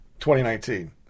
2019